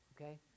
Okay